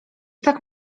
tak